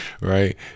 right